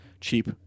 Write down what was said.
Cheap